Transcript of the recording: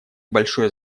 большое